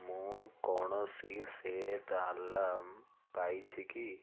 ମୁଁ କୌଣସି set alarm ପାଇଛି କି